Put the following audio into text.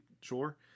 sure